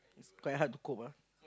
is quite hard to cope ah